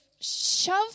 shove